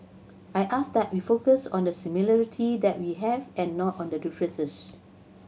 I ask that we focus on the similarity that we have and not on the differences